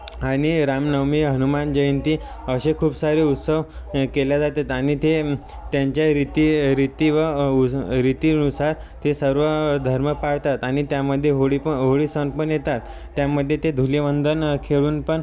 आणि रामनवमी हनुमान जयंती असे खूप सारे उत्सव केल्या जातात आणि ते त्यांच्या रिती रिती व अउझ रितीनुसार ते सर्व धर्म पाळतात आणि त्यामध्ये होळी प होळी सण पण येतात त्यामध्ये ते धुलिवंदन खेळून पण